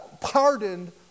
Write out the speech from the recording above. pardoned